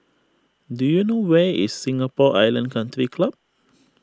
do you know where is Singapore Island Country Club